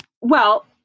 Well-